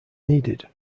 needed